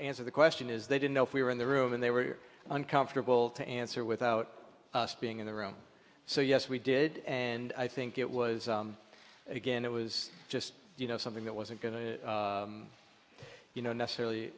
answer the question is they didn't know if we were in the room and they were uncomfortable to answer without us being in the room so yes we did and i think it was again it was just you know something that wasn't going to you know necessarily